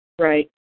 Right